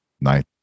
night